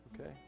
okay